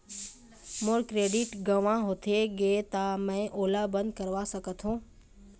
मोर credit गंवा होथे गे ता का मैं ओला बंद करवा सकथों?